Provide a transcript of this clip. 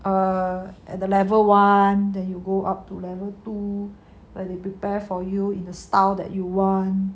eh at the level one that you go up to level two where they prepare for you in a style that you want